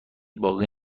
باقی